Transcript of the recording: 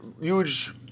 huge